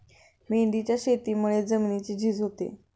मेंढीच्या शेतीमुळे जमिनीची झीज होते